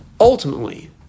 Ultimately